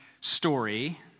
story